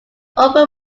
open